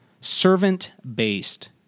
servant-based